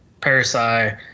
parasite